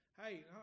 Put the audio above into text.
Hey